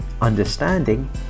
understanding